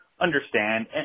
understand